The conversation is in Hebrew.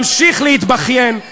ממשיך להתבכיין.